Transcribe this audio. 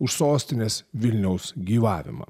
už sostinės vilniaus gyvavimą